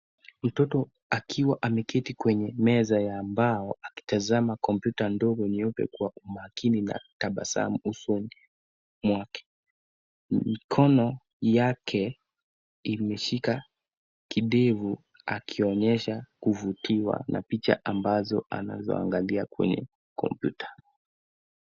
Mtoto akiwa ameketi kwenye meza ya mbao akitazama kompyuta ndogo nyeupe kwa umakini na tabasamu usoni mwake. Mkono yake imeshika kidevu akionyesha kuvutiwa na picha ambazo anazoangalia kwenye kompyuta.